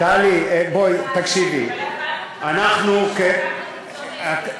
לצערי הרב, אי-אפשר להתקדם בכול בבת-אחת.